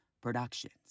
productions